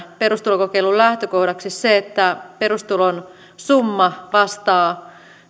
perustulokokeilun lähtökohdaksi se että perustulon summa vastaa